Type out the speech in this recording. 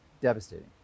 devastating